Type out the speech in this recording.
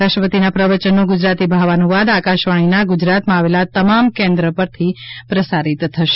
રાષ્ટ્રપતિના પ્રવયન નો ગુજરાતી ભાવાનુવાદ આકાશવાણી ના ગુજરાત માં આવેલા તમામ કેન્દ્ર પ્રસારિત કરશે